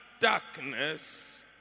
darkness